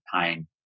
pain